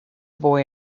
boy